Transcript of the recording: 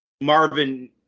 Marvin